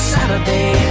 Saturday